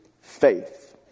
faith